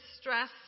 stress